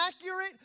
accurate